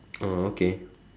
oh okay